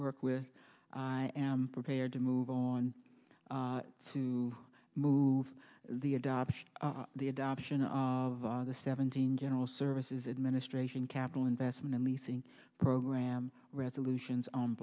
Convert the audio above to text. work with i am prepared to move on to move the adoption the adoption of the seventeen general services administration capital investment and we think program resolutions on